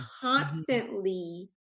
constantly